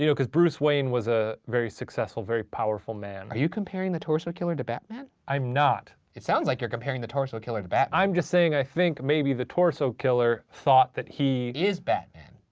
you know cause bruce wayne was a very successful, very powerful man. are you comparing the torso killer to batman? i'm not. it sounds like you're comparing the torso killer to batman i'm just saying i think maybe the torso killer thought that he, is batman.